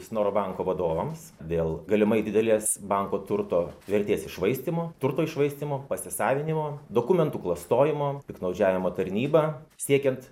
snoro banko vadovams dėl galimai didelės banko turto vertės iššvaistymo turto iššvaistymo pasisavinimo dokumentų klastojimo piktnaudžiavimo tarnyba siekiant